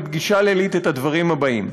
בפגישה לילית את הדברים הבאים: